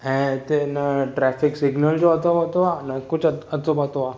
ऐं हिते न ट्रेफिक सिग्नल जो अतो पतो आहे न कुझु अतो पतो आहे